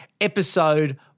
episode